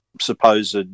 supposed